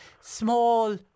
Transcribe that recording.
small